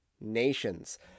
nations